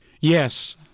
Yes